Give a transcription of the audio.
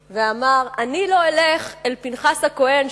ואמר: אני לא אלך אל פנחס הכוהן,